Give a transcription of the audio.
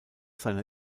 seiner